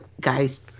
guys